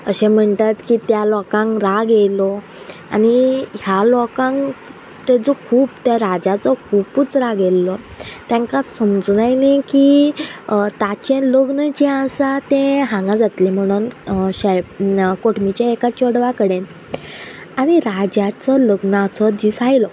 अशें म्हणटात की त्या लोकांक राग येयलो आनी ह्या लोकांक ताजो खूब त्या राजाचो खुबूच राग येयल्लो तांकां समजून आयली की ताचे लग्न जे आसा ते हांगा जातलें म्हणून शे कोटमीच्या एका चेडवा कडेन आनी राजाचो लग्नाचो दीस आयलो